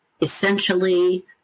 essentially